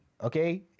okay